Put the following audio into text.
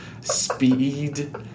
speed